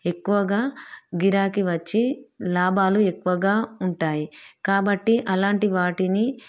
ఎక్కువగా గిరాకీ వచ్చి లాభాలు ఎక్కువగా ఉంటాయి కాబట్టి అలాంటి వాటిని